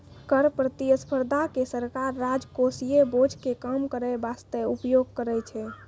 कर प्रतिस्पर्धा के सरकार राजकोषीय बोझ के कम करै बासते उपयोग करै छै